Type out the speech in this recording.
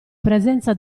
presenza